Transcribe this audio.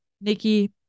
Nikki